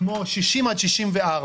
60 עד 64,